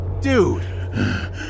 Dude